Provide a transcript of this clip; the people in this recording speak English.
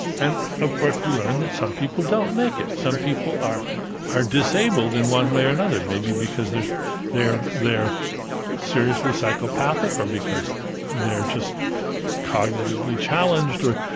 and of course we learn that some people don't make it. some people are are disabled in one way or another maybe because they're they're seriously psychopathic, or because they're just cognitively challenged, or.